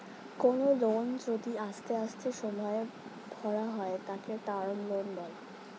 কোনো লোন যদি আস্তে আস্তে সময়ে ভরা হয় তাকে টার্ম লোন বলে